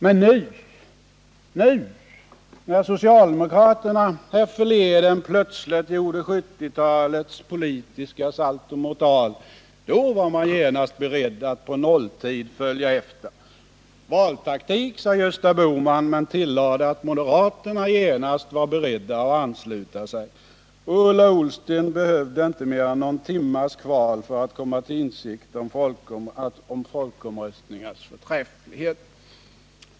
Men nu, när socialdemokraterna härförleden plötsligt gjorde 1970-talets politiska saltomortal, var moderaterna genast beredda att på nolltid följa efter. Valtaktik, sade Gösta Bohman, men han tillade att moderaterna genast var beredda att ansluta sig. Ola Ullsten behövde inte mer än någon timmes kval för att komma till insikt om folkomröstningens förträfflighet.